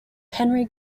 henry